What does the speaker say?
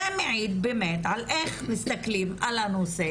זה מעיד באמת על איך מסתכלים על הנושא